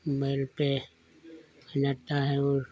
mobile पर आ जाता है और